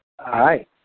Hi